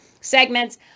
segments